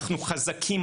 אנחנו חזקים,